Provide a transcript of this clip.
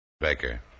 Baker